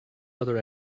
other